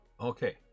Okay